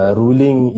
ruling